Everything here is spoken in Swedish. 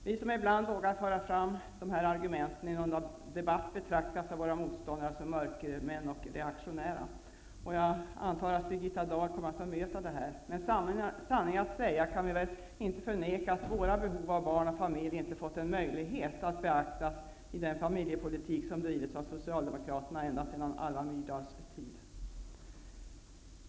Vi som ibland vågar föra fram dessa argument i någon debatt betraktas av våra motståndare som mörkermän och reaktionära. Jag antar att Birgitta Dahl kommer att bemöta detta. Men sanningen att säga kan vi väl inte förneka att våra behov av barn och familj inte har fått en möjlighet att beaktas i den familjepolitik som har drivits av Socialdemokraterna ända sedan Alva Myrdals tid.